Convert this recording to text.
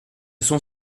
sont